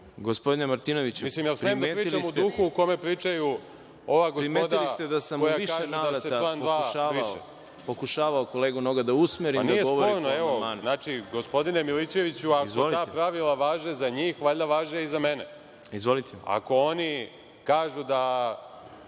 Gospodine Martinoviću, primetili ste da sam u više navrata pokušavao kolegu Noga da usmerim da govori po amandmanu.